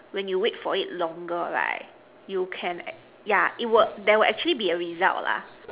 when you wait for it longer right you can yeah it work there will actually be a result lah